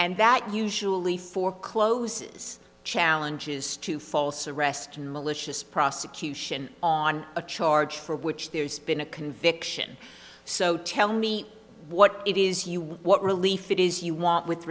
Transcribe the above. and that usually forecloses challenges to false arrest and malicious prosecution on a charge for which there's been a conviction so tell me what it is you want what relief it is you want with